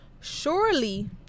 surely